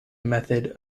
method